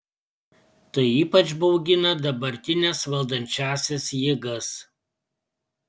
tai ypač baugina dabartines valdančiąsias jėgas